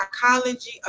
psychology